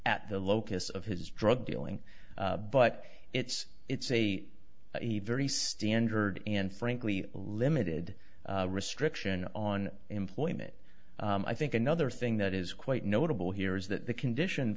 at the locus of his drug dealing but it's it's a a very standard and frankly a limited restriction on employment i think another thing that is quite notable here is that the condition